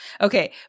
Okay